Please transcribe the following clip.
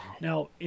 Now